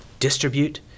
Distribute